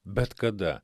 bet kada